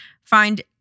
find